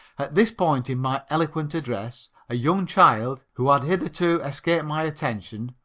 at this point in my eloquent address a young child, who had hitherto escaped my attention,